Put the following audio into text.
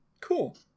Cool